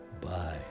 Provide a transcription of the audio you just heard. Bye